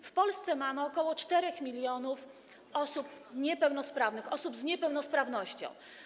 W Polsce mamy ok. 4 mln osób niepełnosprawnych, osób z niepełnosprawnością.